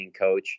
coach